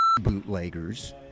bootleggers